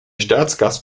staatsgast